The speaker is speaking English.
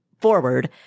forward